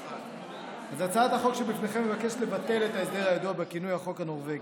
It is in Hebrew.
אז הצעת החוק שבפניכם מבקשת לבטל את ההסדר הידוע בכינוי "החוק הנורבגי",